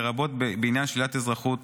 לרבות בעניין שלילת אזרחות,